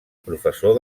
professor